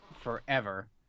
forever